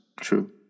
True